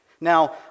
Now